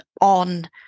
on